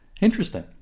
Interesting